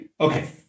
Okay